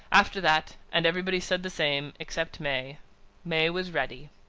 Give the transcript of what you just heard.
after that and everybody said the same, except may may was ready.